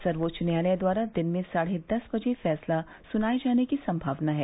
सर्वोच्च न्यायालय द्वारा दिन में साढ़े दस बजे फैसला सुनाए जाने की सम्भावना है